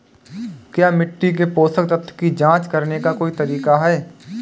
क्या मिट्टी से पोषक तत्व की जांच करने का कोई तरीका है?